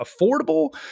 affordable